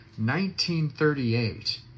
1938